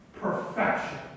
Perfection